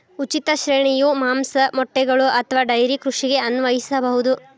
ಉಚಿತ ಶ್ರೇಣಿಯು ಮಾಂಸ, ಮೊಟ್ಟೆಗಳು ಅಥವಾ ಡೈರಿ ಕೃಷಿಗೆ ಅನ್ವಯಿಸಬಹುದು